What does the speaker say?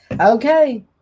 okay